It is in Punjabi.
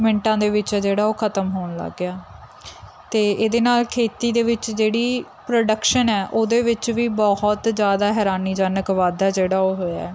ਮਿੰਟਾਂ ਦੇ ਵਿੱਚ ਹੈ ਜਿਹੜਾ ਉਹ ਖ਼ਤਮ ਹੋਣ ਲੱਗ ਗਿਆ ਅਤੇ ਇਹਦੇ ਨਾਲ ਖੇਤੀ ਦੇ ਵਿੱਚ ਜਿਹੜੀ ਪ੍ਰੋਡਕਸ਼ਨ ਹੈ ਉਹਦੇ ਵਿੱਚ ਵੀ ਬਹੁਤ ਜ਼ਿਆਦਾ ਹੈਰਾਨੀਜਨਕ ਵਾਧਾ ਜਿਹੜਾ ਉਹ ਹੋਇਆ